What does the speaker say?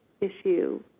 issue